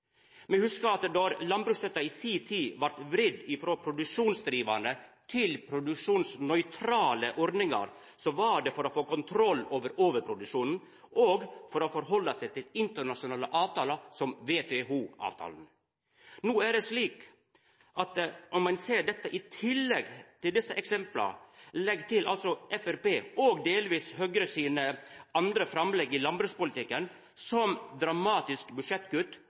at då landbruksstøtta i si tid vart vridd ifrå produksjonsdrivande til produksjonsnøytrale ordningar, var det for å få kontroll over overproduksjonen og for å halda seg til internasjonale avtalar som WTO-avtalen. No er det slik at om ein ser dette i tillegg til desse eksempla, Framstegspartiet og delvis Høgre sine andre framlegg i landbrukspolitikken, som dramatisk budsjettkutt,